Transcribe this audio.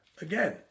again